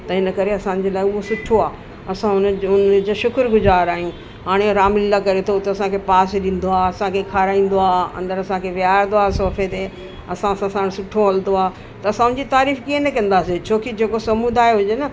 त हिन करे असांजे लाइ हू सुठो आहे असां उन्हनि जो उन्हनि जो शुकुरु गुज़ारु आहियूं हाणे रामलीला करे थो त असांखे पास ॾींदो आहे असांखे खाराईंदो आहे अंदरि असांखे विहारींदो आहे सोफ़े ते असां सां साण सुठो हलंदो आहे त असां उन जी तारीफ़ कीअं न कंदासीं छो की जेको समुदाय हुजे न